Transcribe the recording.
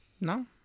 No